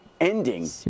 ending